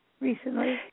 recently